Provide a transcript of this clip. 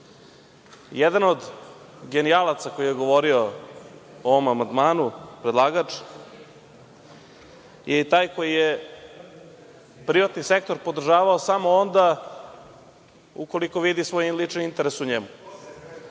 od genijalac koji je govorio o ovom amandmanu, predlagač, je taj koji je privatni sektor podržavao samo onda ukoliko vidi svoj lični interes u njemu,